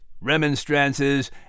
remonstrances